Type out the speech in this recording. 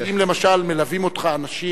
כי אם למשל מלווים אותך אנשים,